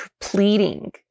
pleading